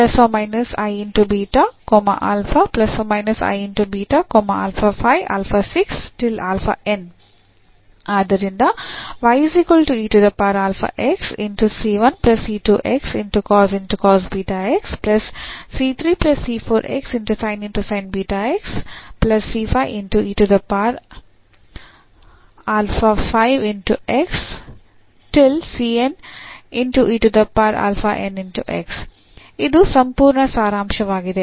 ಆದ್ದರಿಂದ ಇದು ಸಂಪೂರ್ಣ ಸಾರಾಂಶವಾಗಿದೆ